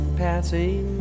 passing